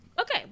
Okay